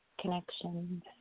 connections